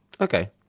Okay